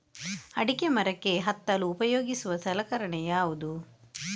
ಅಡಿಕೆ ಮರಕ್ಕೆ ಹತ್ತಲು ಉಪಯೋಗಿಸುವ ಸಲಕರಣೆ ಯಾವುದು?